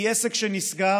כי עסק שנסגר,